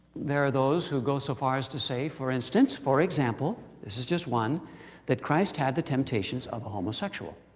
there are those who go so far as to say, for instance. for example. this is just one that christ had the temptations of a homosexual.